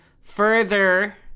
further